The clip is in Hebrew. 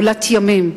ימים,